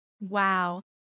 Wow